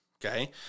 Okay